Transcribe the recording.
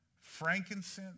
frankincense